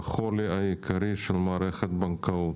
בחולי העיקרי של מערכת הבנקאות.